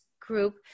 group